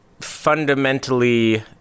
fundamentally